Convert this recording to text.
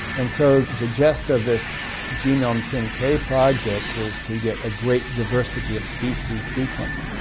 and so the gist of this genome ten k project is to get a great diversity of species sequenced,